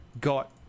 got